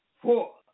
Four